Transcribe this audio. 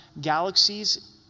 galaxies